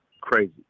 crazy